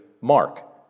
Mark